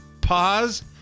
pause